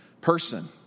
person